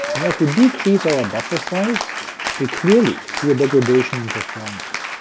and as we decrease our buffer size we clearly see a degradation in performance.